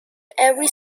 every